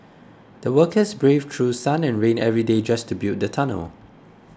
the workers braved through sun and rain every day just to build the tunnel